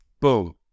boom